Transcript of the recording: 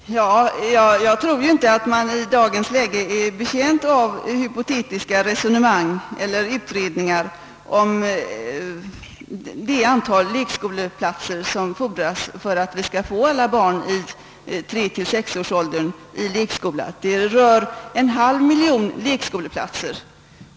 Herr talman! Jag tror inte att man i dagens läge är betjänt av hypotetiska resonemang eller utredningar om vilket antal lekskoleplatser som fordras för att alla barn i åldern 3—6 år skall kunna placeras i lekskola. Det skulle röra sig om en halv miljon lekskoleplatser.